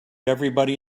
everybody